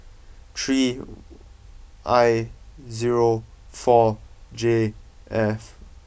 three I zero four J F